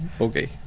okay